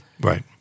Right